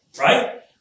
Right